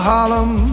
Harlem